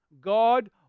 God